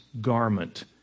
garment